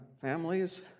families